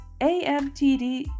AMTD